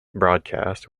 broadcast